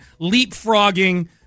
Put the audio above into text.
leapfrogging